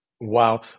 Wow